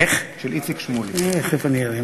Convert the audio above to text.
תכף נראה.